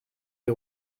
des